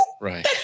Right